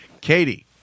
Katie